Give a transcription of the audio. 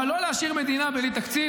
אבל לא להשאיר מדינה בלי תקציב.